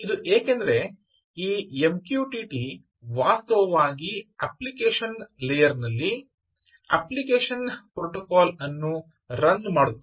ಇದು ಏಕೆಂದರೆ ಈ MQTT ವಾಸ್ತವವಾಗಿ ಅಪ್ಲಿಕೇಶನ್ ಲೇಯರ್ನಲ್ಲಿ ಅಪ್ಲಿಕೇಶನ್ ಪ್ರೊಟೊಕಾಲ್ ಅನ್ನು ರನ್ ಮಾಡುತ್ತದೆ